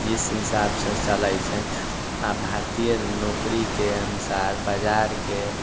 जाहि हिसाबसँ चलै छै भारतीय नौकरीके अनुसार बाजारके